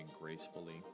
gracefully